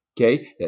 okay